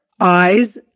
eyes